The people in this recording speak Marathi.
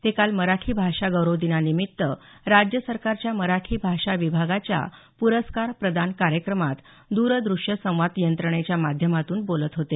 ते काल मराठी भाषा गौरव दिनानिमित्त राज्य सरकारच्या मराठी भाषा विभागाच्या पुरस्कार प्रदान कार्यक्रमात द्रदृश्य संवाद यंत्रणेच्या माध्यमातून बोलत होते